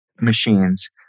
machines